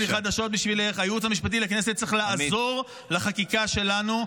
יש לי חדשות בשבילך: הייעוץ המשפטי לכנסת צריך לעזור לחקיקה שלנו,